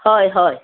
हय हय